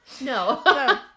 No